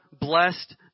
blessed